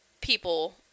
people